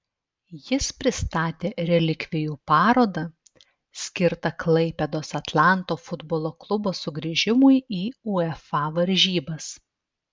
jis pristatė relikvijų parodą skirtą klaipėdos atlanto futbolo klubo sugrįžimui į uefa varžybas